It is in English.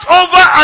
over